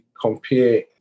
compare